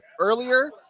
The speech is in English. earlier